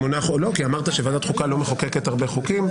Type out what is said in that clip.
כי אמרת שוועדת חוקה לא מחוקקת הרבה חוקים.